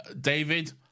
David